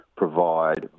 provide